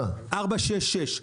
466,